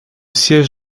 siège